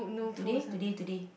today today today